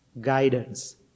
Guidance